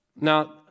Now